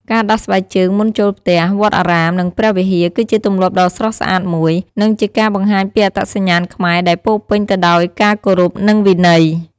ការដោះស្បែកជើងមុនចូលផ្ទះ វត្តអារាម និងព្រះវិហារ គឺជាទម្លាប់ដ៏ស្រស់ស្អាតមួយ និងជាការបង្ហាញពីអត្តសញ្ញាណខ្មែរដែលពោរពេញទៅដោយការគោរព និងវិន័យ។